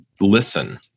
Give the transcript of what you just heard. listen